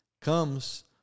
comes